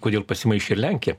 kodėl pasimaišė ir lenkija